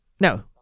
No